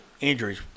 injuries